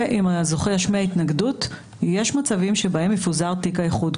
ואם הזוכה ישמיע התנגדות יש מצבים שבהם יפוזר תיק האיחוד.